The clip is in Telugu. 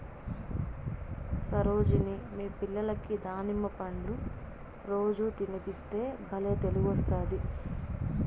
సరోజిని మీ పిల్లలకి దానిమ్మ పండ్లు రోజూ తినిపిస్తే బల్లే తెలివొస్తాది